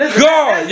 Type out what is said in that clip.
god